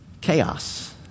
Chaos